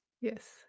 yes